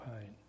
pain